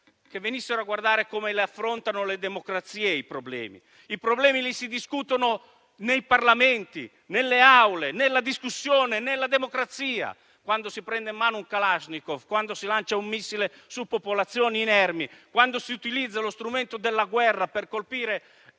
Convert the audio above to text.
di venire a guardare come le democrazie affrontano i problemi: i problemi si discutono nei Parlamenti, nelle Aule, nella democrazia. Quando si prende in mano un kalashnikov, quando si lancia un missile su popolazioni inermi, quando si utilizza lo strumento della guerra per colpire